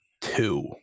two